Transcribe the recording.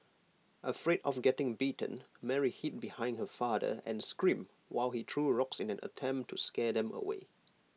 afraid of getting bitten Mary hid behind her father and screamed while he threw rocks in an attempt to scare them away